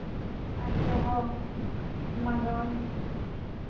ᱟᱪᱪᱷᱟ ᱦᱚᱸ ᱢᱟᱜᱳᱭ